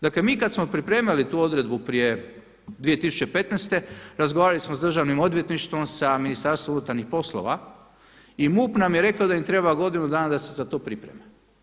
Dakle, mi kad smo pripremali tu odredbu prije 2015. razgovarali smo sa Državnim odvjetništvom, sa Ministarstvom unutarnjih poslova i MUP nam je rekao da im treba godinu dana da se za to pripreme.